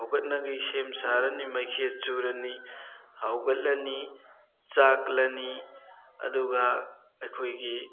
ꯍꯧꯒꯠꯅꯕꯒꯤ ꯁꯦꯝ ꯁꯥꯔꯅꯤ ꯃꯩꯈꯦꯠ ꯆꯨꯔꯅꯤ ꯍꯧꯒꯠꯂꯅꯤ ꯆꯥꯛꯂꯅꯤ ꯑꯗꯨꯒ ꯑꯩꯈꯣꯏꯒꯤ